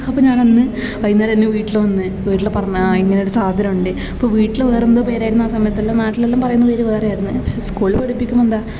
അപ്പം ഞാനന്ന് വൈകുന്നേരം തന്നെ വീട്ടിൽ വന്ന് വീട്ടിൽ പറഞ്ഞാൽ ഇങ്ങനെ ഒരു സാധനമുണ്ട് ഇപ്പം വീട്ടിൽ വേറെ എന്തോ പേരായിരുന്നു ആ സമയത്തുള്ള നാട്ടിലെല്ലാം പറയുന്ന പേര് വേറെ ആയിരുന്ന് പക്ഷേ സ്കൂളിൽ പഠിപ്പിക്കുമ്പോൾ എന്താ